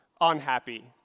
unhappy